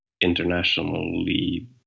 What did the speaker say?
internationally